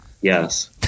Yes